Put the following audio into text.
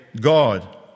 God